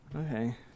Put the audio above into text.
okay